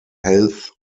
health